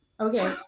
Okay